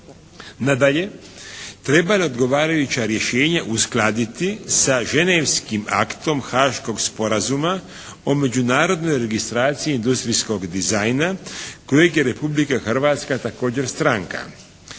Nadalje, treba li odgovarajuća rješenja uskladiti sa ženevskim aktom Haaškog sporazuma o međunarodnoj registraciji industrijskog dizajna kojeg je Republika Hrvatska također stranka,